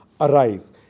arise